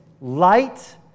light